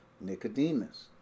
Nicodemus